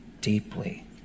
deeply